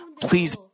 Please